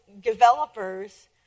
developers